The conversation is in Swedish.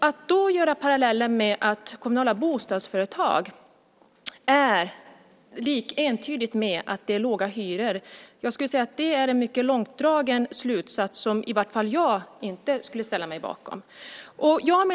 Att då säga att kommunala bostadsföretag är liktydigt med att det är låga hyror är en mycket långdragen slutsats som i vart fall inte jag ställer mig bakom.